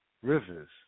Rivers